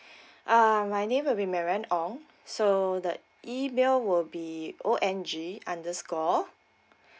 um my name will be marianne Ong so the email will be O N G underscore